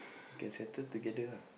can settle together ah